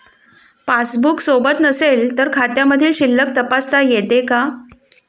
Passbook सोबत नसेल तर खात्यामधील शिल्लक तपासता येते का?